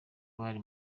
bari